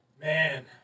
Man